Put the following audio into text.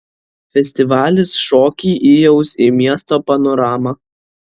festivalis šokį įaus į miesto panoramą